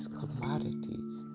commodities